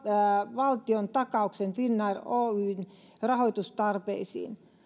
valtiontakauksen finnair oyjn rahoitustarpeisiin